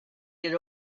get